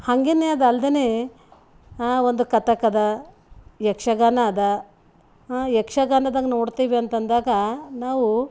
ಹಾಗೆನೇ ಅದಲ್ದೆ ಆ ಒಂದು ಕಥಕದ ಯಕ್ಷಗಾನ ಅದ ಯಕ್ಷಗಾನದಾಗ ನೋಡ್ತೀವಿ ಅಂತಂದಾಗ ನಾವು